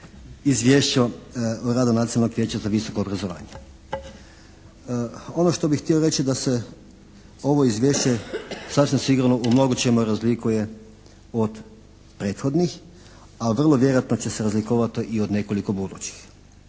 Izvješću o radu Nacionalnog vijeća za visoko obrazovanje. Ono što bih htio reći, da se ovo izvješće sasvim sigurno u mnogo čemu razlikuje od prethodnih a vrlo vjerojatno će se razlikovati i od nekoliko budućih.